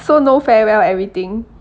so no farewell everything